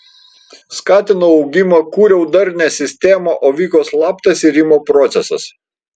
skatinau augimą kūriau darnią sistemą o vyko slaptas irimo procesas